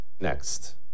next